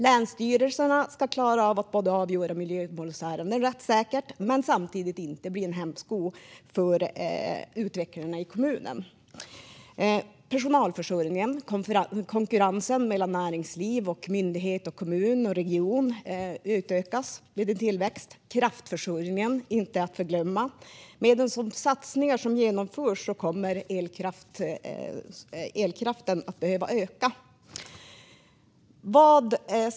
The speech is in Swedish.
Länsstyrelserna ska klara av att avgöra miljömålsärenden rättssäkert utan att det blir en hämsko för utvecklingen i kommunerna. Jag tänker på personalförsörjningen och konkurrensen mellan näringsliv och myndighet, kommun och region. Detta ökas vid en tillväxt. Kraftförsörjningen är inte att förglömma. Med de satsningar som genomförs kommer elkraften att behöva öka.